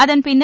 அதன்பின்னர்